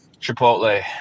Chipotle